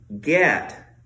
Get